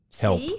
Help